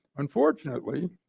unfortunately,